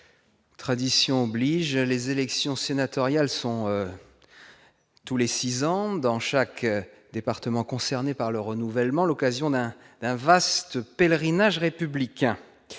tradition oblige, les élections sénatoriales sont tous les 6 ans dans chaque département concernés par le renouvellement, l'occasion d'un vaste pèlerinage républicain